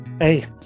Hey